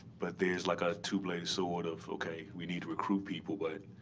but there's like a two bladed sword of, ok, we need to recruit people, but